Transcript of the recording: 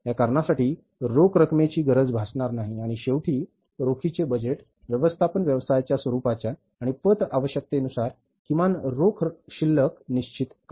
या कारणासाठी रोख रकमेची गरज भासणार नाही आणि शेवटी रोखीचे बजेट व्यवस्थापन व्यवसायाच्या स्वरुपाच्या आणि पत आवश्यकतेनुसार किमान रोख शिल्लक निश्चित करते